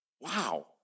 Wow